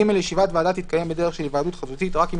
(ג)ישיבת ועדה תתקיים בדרך של היוועדות חזותית רק אם